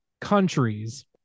countries